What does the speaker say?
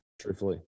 Truthfully